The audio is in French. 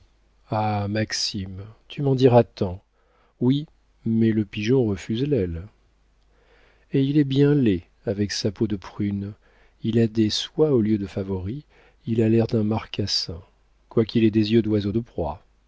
ah maxime tu m'en diras tant oui mais le pigeon refuse l'aile et il est bien laid avec sa peau de prune il a des soies au lieu de favoris il a l'air d'un marcassin quoiqu'il ait des yeux d'oiseau de proie